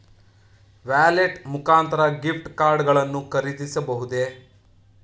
Wallet ಮುಖಾಂತರ gift card ಗಳನ್ನು ಖರೀದಿಸಬಹುದೇ?